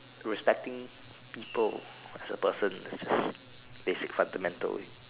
respecting people as a person is a basic fundamental